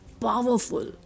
powerful